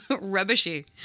Rubbishy